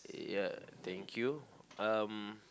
ya thank you um